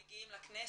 מגיעים לכנסת,